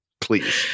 Please